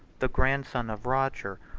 the grandson of roger,